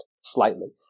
slightly